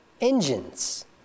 engines